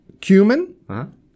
Cumin